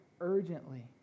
urgently